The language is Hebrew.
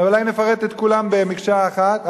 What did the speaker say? אולי נפרט את כולם מקשה אחת?